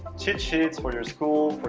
cheat sheets for your schools,